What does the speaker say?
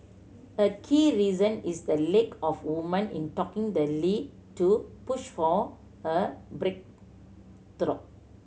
a key reason is the lake of woman in talking the lead to push for a breakthrough